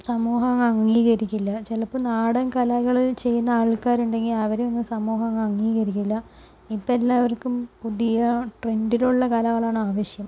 സമൂഹം അങ്ങ് അംഗീകരിക്കില്ല ചിലപ്പോൾ നാടൻ കലകൾ ചെയ്യുന്ന ആൾക്കാരുണ്ടെങ്കിൽ അവരെയൊന്നും സമൂഹം അംഗീകരിക്കില്ല ഇപ്പോൾ എല്ലാവർക്കും പുതിയ ട്രെൻഡിലുള്ള കലകളാണ് ആവശ്യം